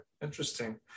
interesting